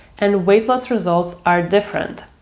and weight loss results are different?